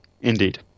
Indeed